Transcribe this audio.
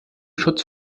schutz